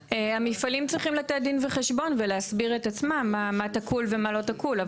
המפעלים צריכים לתת דין וחשבון ולהסביר את עצמם מה תקול ומה לא תקול.